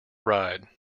ride